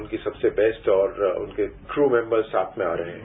उनकी सबसे बेस्ट और उनके कू मैम्बर्स साथ में आ रहे हैं